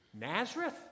Nazareth